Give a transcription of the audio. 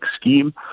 scheme